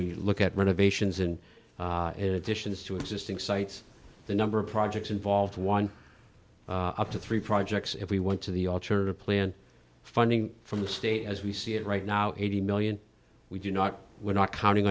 we look at renovations and additions to existing sites the number of projects involved one up to three projects if we went to the alternative plan funding from the state as we see it right now eighty million we do not we're not counting